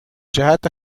جهت